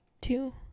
Two